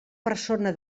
persona